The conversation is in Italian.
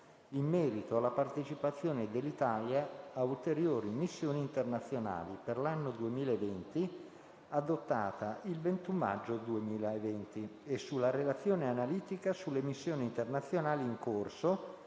in merito alla partecipazione dell'Italia a ulteriori missioni internazionali per l'anno 2020, adottata il 21 maggio 2020 (*Doc.* XXIV, n. 20), e sulla relazione analitica sulle missioni internazionali in corso